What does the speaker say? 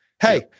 Hey